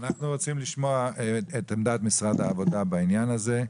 אנחנו רוצים לשמוע את עמדת משרד העבודה בעניין הזה.